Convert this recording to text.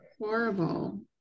Horrible